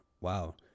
Wow